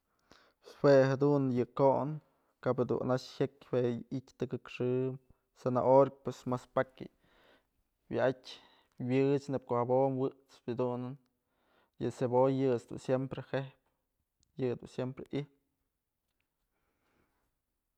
Jue jedun yë kon, kabadu anaxë jyëk jue yë i'ityë tëkëk xë, zanahoria pues mas pakya wa'atyë wëch nëbyë ko'o jabo'om wet's yëdunën yë cebolla yët's dun siemprem jejpë yëdun siemprem i'ijpë.